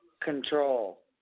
control